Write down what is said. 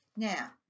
Now